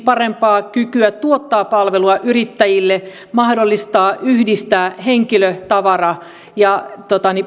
parempaa kykyä tuottaa palvelua yrittäjille sekä mahdollistaa henkilö tavara ja